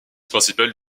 principale